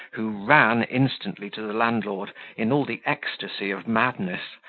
who ran instantly to the landlord in all the ecstasy of madness,